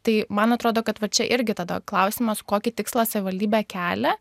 tai man atrodo kad va čia irgi tada klausimas kokį tikslą savivaldybė kelią